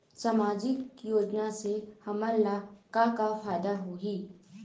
सामाजिक योजना से हमन ला का का फायदा होही?